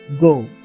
Go